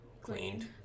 cleaned